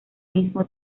mismo